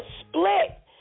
split